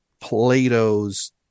Plato's